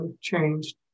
changed